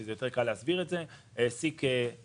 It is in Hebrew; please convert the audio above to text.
שקל יותר להסביר את זה העסיק 50